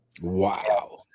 Wow